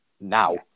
now